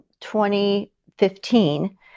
2015